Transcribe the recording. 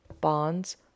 Bonds